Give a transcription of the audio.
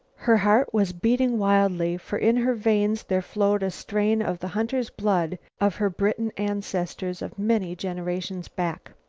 her heart was beating wildly, for in her veins there flowed a strain of the hunter's blood of her briton ancestors of many generations back.